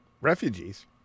refugees